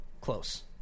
Close